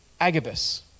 Agabus